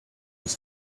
his